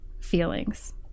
feelings